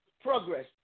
Progress